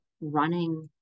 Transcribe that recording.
running